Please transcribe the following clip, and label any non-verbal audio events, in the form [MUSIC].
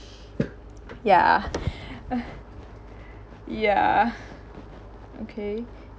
ya [BREATH] uh ya [BREATH] okay [BREATH]